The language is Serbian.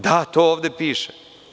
Da, to ovde piše.